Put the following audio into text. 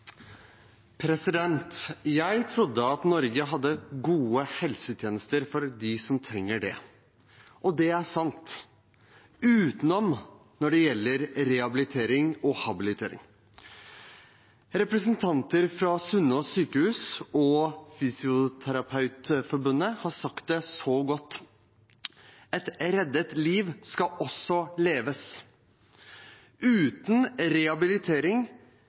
Jeg trodde at Norge hadde gode helsetjenester for de som trenger det. Og det er sant – utenom når det gjelder rehabilitering og habilitering. Representanter fra Sunnaas sykehus og Fysioterapeutforbundet har sagt det så godt: «Et reddet liv skal også leves.» Uten rehabilitering